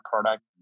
product